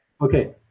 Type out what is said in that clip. Okay